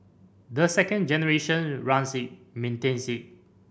the second generation runs it maintains it